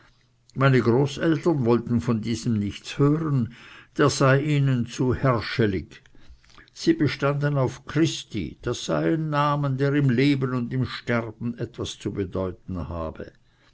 meine großeltern wollten von diesem nichts hören der sei ihnen zu herrschelig sie bestanden auf christi das sei ein name der im leben und im sterben etwas zu bedeuten habe